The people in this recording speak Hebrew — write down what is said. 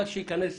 מה שייכנס